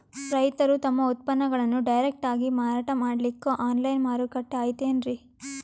ರೈತರು ತಮ್ಮ ಉತ್ಪನ್ನಗಳನ್ನು ಡೈರೆಕ್ಟ್ ಆಗಿ ಮಾರಾಟ ಮಾಡಲಿಕ್ಕ ಆನ್ಲೈನ್ ಮಾರುಕಟ್ಟೆ ಐತೇನ್ರೀ?